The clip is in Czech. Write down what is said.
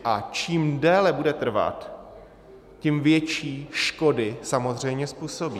A čím déle bude trvat, tím větší škody samozřejmě způsobí.